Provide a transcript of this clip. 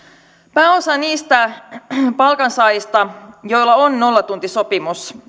pääosa niistä palkansaajista joilla on nollatuntisopimus